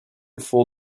full